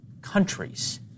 countries